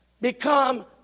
become